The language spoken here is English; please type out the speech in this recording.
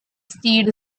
steed